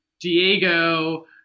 Diego